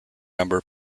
number